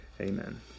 amen